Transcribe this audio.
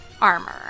armor